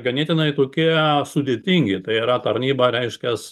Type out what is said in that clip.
ganėtinai tokie sudėtingi tai yra tarnyba reiškias